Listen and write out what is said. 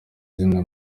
izina